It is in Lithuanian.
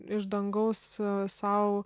iš dangaus sau